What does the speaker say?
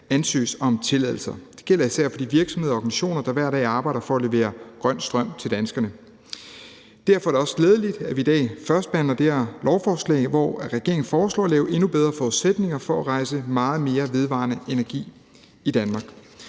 ansøges om tilladelser. Det gælder især for de virksomheder og organisationer, der hver dag arbejder for at levere grøn strøm til danskerne. Derfor er det også glædeligt, at vi i dag førstebehandler det her lovforslag, hvor regeringen foreslår at lave endnu bedre forudsætninger for at rejse meget mere vedvarende energi i Danmark.